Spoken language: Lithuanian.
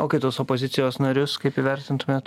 o kitus opozicijos narius kaip įvertintumėt